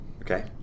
okay